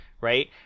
right